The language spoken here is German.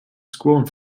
scrollen